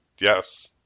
yes